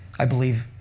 i believe